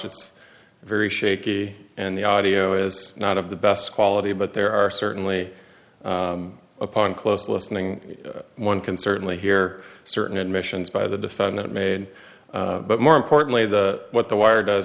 it's very shaky and the audio is not of the best quality but there are certainly upon close listening one can certainly hear certain admissions by the defendant made but more importantly the what the wire does